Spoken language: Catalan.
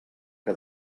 que